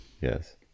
Yes